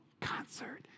Concert